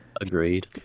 Agreed